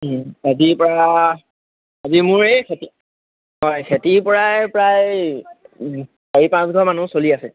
খেতিৰ পৰা আজি মোৰ এই খেতি হয় খেতিৰ পৰাই প্ৰায় চাৰি পাঁচঘৰ মানুহ চলি আছে